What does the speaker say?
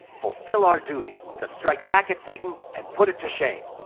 fulfill our duty, just strike back at satan and put it to shame.